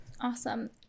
Awesome